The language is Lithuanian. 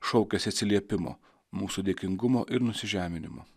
šaukiasi atsiliepimo mūsų dėkingumo ir nusižeminimo